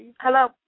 Hello